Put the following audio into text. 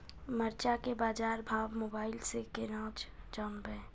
मरचा के बाजार भाव मोबाइल से कैनाज जान ब?